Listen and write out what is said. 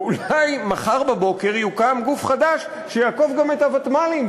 ואולי מחר בבוקר יוקם גוף חדש שיעקוף גם את הוותמ"לים,